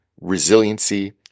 resiliency